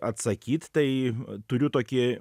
atsakyt tai turiu tokį